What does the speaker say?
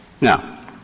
Now